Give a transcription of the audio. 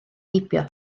heibio